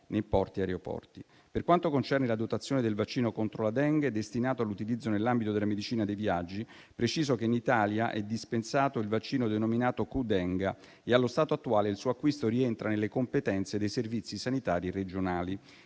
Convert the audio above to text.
nei porti ed aeroporti. Per quanto concerne la dotazione del vaccino contro la Dengue, destinato all'utilizzo nell'ambito della medicina dei viaggi, preciso che in Italia è dispensato il vaccino denominato Qdenga. Allo stato attuale, il suo acquisto rientra nelle competenze dei servizi sanitari regionali.